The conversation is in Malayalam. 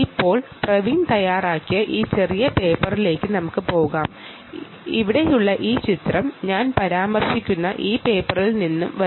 ഇപ്പോൾ പ്രവീൺ തയ്യാറാക്കിയ ഈ ചെറിയ പേപ്പറിലേക്ക് നമുക്ക് പോകാം ഇവിടെയുള്ള ഈ ചിത്രം ഞാൻ പറഞ്ഞ ഈ പേപ്പറിൽ നിന്നാണ് വരുന്നത്